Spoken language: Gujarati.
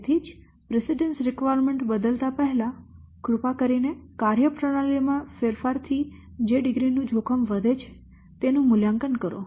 તેથી જ પ્રીસિડેન્સ રિક્વાયરમેન્ટ બદલતા પહેલા કૃપા કરીને કાર્યપ્રણાલી માં ફેરફારથી જે ડિગ્રી નું જોખમ વધે છે તેનું મૂલ્યાંકન કરો